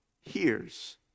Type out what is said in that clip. hears